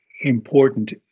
important